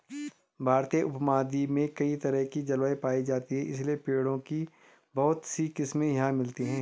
भारतीय उपमहाद्वीप में कई तरह की जलवायु पायी जाती है इसलिए पेड़ों की बहुत सी किस्मे यहाँ मिलती हैं